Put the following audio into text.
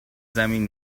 زمین